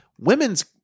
women's